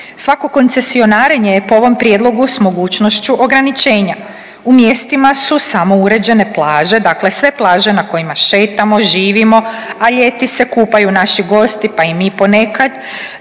svako koncesionarenje je po ovom prijedlogu s mogućnošću ograničenja, u mjestima su samo uređene plaže dakle sve plaže na kojima šetamo, živimo, a ljeti se kupaju naši gosti, pa i mi ponekad,